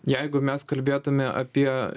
jeigu mes kalbėtume apie